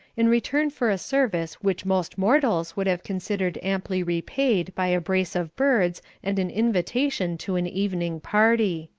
in return for a service which most mortals would have considered amply repaid by a brace of birds and an invitation to an evening party.